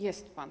Jest pan.